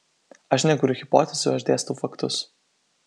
aš nekuriu hipotezių aš dėstau faktus